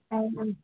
అవును